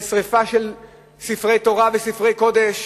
של שרפת ספרי תורה וספרי קודש